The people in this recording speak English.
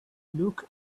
look